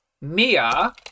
Mia